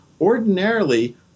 ordinarily